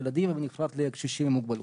בנפרד לילדים ובנפרד לקשישים עם מוגבלות.